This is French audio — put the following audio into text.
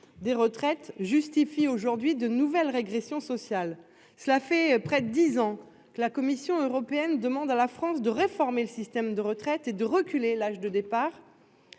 des retraites justifie aujourd'hui de nouvelles régressions sociales. Cela fait près de 10 ans que la Commission européenne demande à la France de réformer le système de retraite et de reculer l'âge de départ.